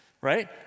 right